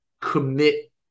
commit